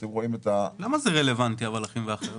למה זה רלוונטי, אחים ואחיות?